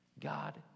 God